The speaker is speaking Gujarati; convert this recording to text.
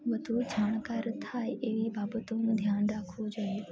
વધુ જાણકાર થાય એવી બાબતોનું ધ્યાન રાખવું જોઈએ